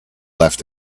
left